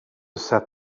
set